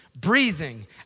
breathing